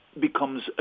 becomes